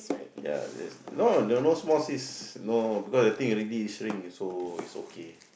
ya there's no there are no small cyst because I think already shrink so it's okay